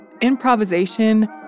Improvisation